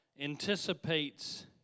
anticipates